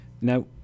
Now